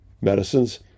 medicines